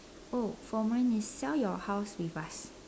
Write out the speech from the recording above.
oh for mine is sell your house with us